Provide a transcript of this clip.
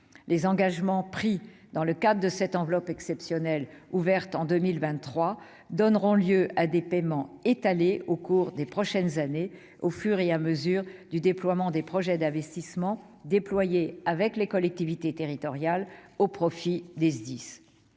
Les engagements pris dans le cadre de cette enveloppe exceptionnelle ouverte en 2023 donneront lieu à des paiements étalés au cours des prochaines années, au fil du déploiement des projets d'investissement mis en oeuvre par les collectivités territoriales au profit des Sdis.